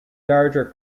larger